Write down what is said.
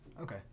Okay